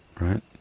right